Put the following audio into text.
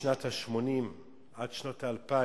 צריך לזכור שמשנת 1980 עד 2000 "חיזבאללה"